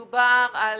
חרדים,